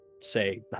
say